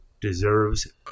deserves